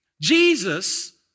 Jesus